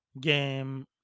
Game